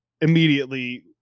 immediately